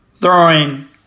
throwing